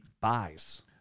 buys